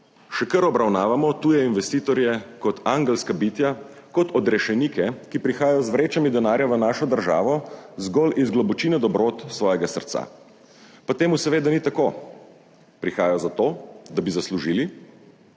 še kar obravnavamo tuje investitorje kot angelska bitja, kot odrešenike, ki prihajajo z vrečami denarja v našo državo zgolj iz globočine dobrot svojega srca, pa temu seveda ni tako. **5. TRAK: (SC) –